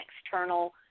external